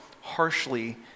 harshly